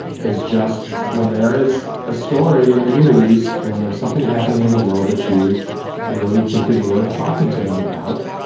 is just when there is a story in the news or when there's something happening in the world that you really think is worth talking to them about.